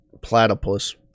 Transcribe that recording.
platypus